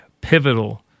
pivotal